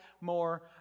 more